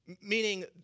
Meaning